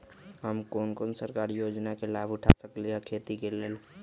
हम कोन कोन सरकारी योजना के लाभ उठा सकली ह खेती के लेल?